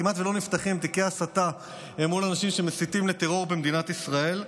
כמעט לא נפתחים תיקי הסתה לאנשים שמסיתים לטרור במדינת ישראל,